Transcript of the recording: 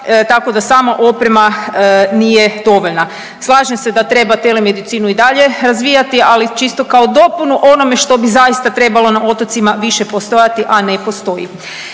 tako da samo oprema nije dovoljna. Slažem se da treba telemedicinu i dalje razvijati, ali čisto kao dopunu onome što bi zaista trebalo na otocima više postojati, a ne postoji.